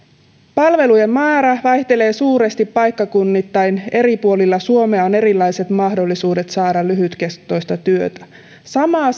palvelujen määrä vaihtelee suuresti paikkakunnittain eri puolilla suomea on erilaiset mahdollisuudet saada lyhytkestoista työtä sama